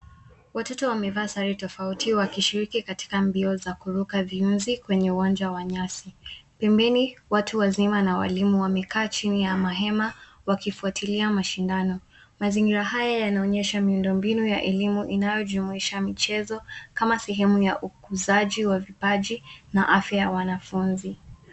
Watoto wamevaa sare tofauti wakishiriki katika mbio za kuruka vyunzi kwenye uwanja wa nyasi. Pembeni watu wazima na walimu wamekaa chini ya mahema wakifwatilia mashindano. Mazingira haya yanaonyesha miundombinu ya elimu inayojumuisha michezo kama sehemu ya ukuzaji wa vipaji na afya ya wanafunzi.